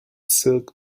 silk